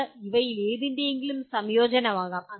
ഇത് ഇവയിലേതിന്റെയെങ്കിലും സംയോജനമാകാം